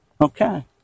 Okay